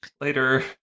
Later